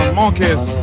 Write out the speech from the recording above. monkeys